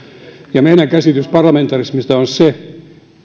meidän käsityksemme parlamentarismista on se